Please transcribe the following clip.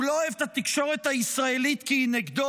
הוא לא אוהב את התקשורת הישראלית כי היא נגדו,